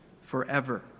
forever